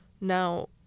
Now